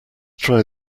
try